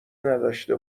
نداشته